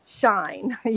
shine